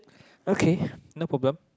okay no problem